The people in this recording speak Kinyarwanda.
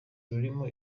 rurimo